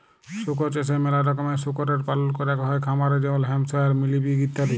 শুকর চাষে ম্যালা রকমের শুকরের পালল ক্যরাক হ্যয় খামারে যেমল হ্যাম্পশায়ার, মিলি পিগ ইত্যাদি